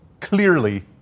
clearly